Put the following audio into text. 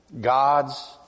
God's